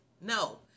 no